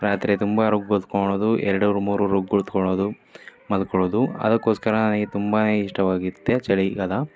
ರಾತ್ರಿ ತುಂಬ ರಗ್ ಹೊದ್ಕೊಣೋದು ಎರಡು ಮೂರು ರಗ್ ಹೊದ್ಕೊಣೋದು ಮಲ್ಕೊಳ್ಳೋದು ಅದಕ್ಕೋಸ್ಕರ ನನಗೆ ತುಂಬ ಇಷ್ಟವಾಗುತ್ತೆ ಚಳಿಗಾಲ